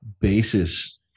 basis